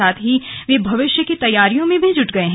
साथ ही वे भविष्य की तैयारियों में भी जुट गए हैं